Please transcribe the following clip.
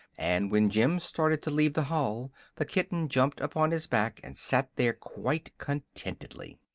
and when jim started to leave the hall the kitten jumped upon his back and sat there quite contentedly.